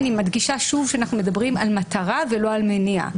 אני מדגישה שוב שאנחנו מדברים על מטרה ולא על מניע.